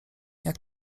jak